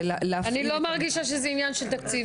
אני לא מרגישה שזה עניין של תקציב.